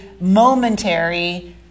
momentary